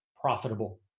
profitable